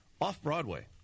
Off-Broadway